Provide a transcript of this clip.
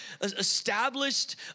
established